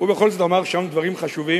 הוא בכל זאת אמר שם דברים חשובים,